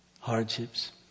hardships